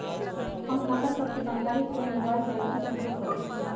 हम खता सभके जानकारी के लेल मोबाइल बैंकिंग के उपयोग करइछी